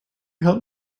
help